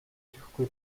ирэхгүй